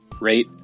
rate